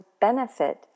benefit